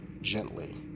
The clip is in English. gently